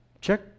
Check